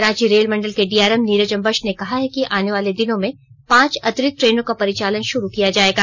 रांची रेलमंडल के डीआरएम नीरज अंबष्ट ने कहा है कि आने वाले दिनों में पांच अतिरिक्त ट्रेनों का परिचालन शुरू किया जायेगा